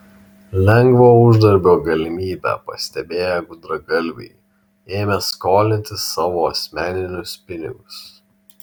lengvo uždarbio galimybę pastebėję gudragalviai ėmė skolinti savo asmeninius pinigus